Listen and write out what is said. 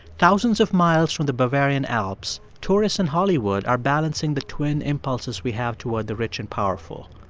thousands of miles from the bavarian alps, tourists in hollywood are balancing the twin impulses we have toward the rich and powerful.